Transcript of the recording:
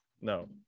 No